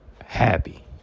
happy